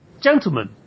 Gentlemen